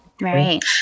Right